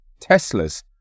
Teslas